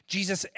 Jesus